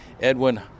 Edwin